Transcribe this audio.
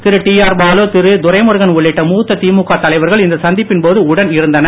திரு TR Balu திரு துரைமுருகன் உள்ளிட்ட மூத்த திமுக தலைவர்கள் இந்த சந்திப்பின் போது உடன் இருந்தனர்